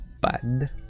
bad